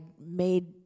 made